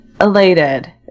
elated